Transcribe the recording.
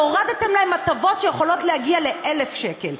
והורדתם להם הטבות שיכולות להגיע ל-1,000 שקל.